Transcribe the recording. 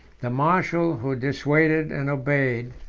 the marshal, who dissuaded and obeyed,